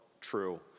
true